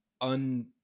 un